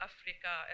Africa